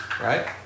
Right